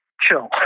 chill